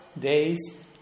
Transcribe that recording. days